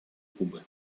кубы